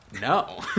no